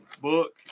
book